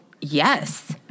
Yes